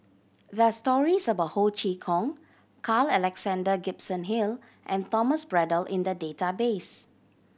there are stories about Ho Chee Kong Carl Alexander Gibson Hill and Thomas Braddell in the database